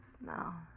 now